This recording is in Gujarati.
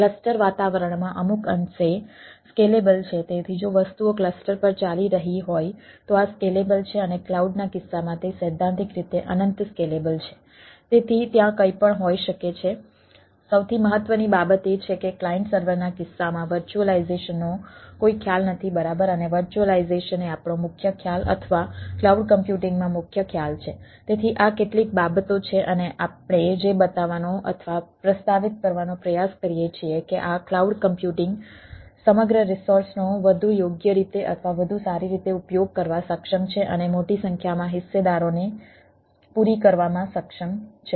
ક્લસ્ટર નો વધુ યોગ્ય રીતે અથવા વધુ સારી રીતે ઉપયોગ કરવા સક્ષમ છે અને મોટી સંખ્યામાં હિસ્સેદારોને પૂરી કરવામાં સક્ષમ છે